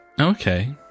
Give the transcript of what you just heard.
Okay